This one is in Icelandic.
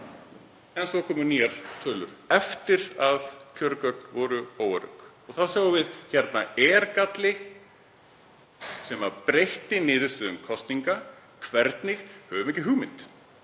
en svo koma nýjar tölur eftir að kjörgögn voru óörugg. Þá sjáum við: Hérna er galli sem breytti niðurstöðum kosninganna. Hvernig? Við höfum ekki hugmynd